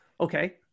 Okay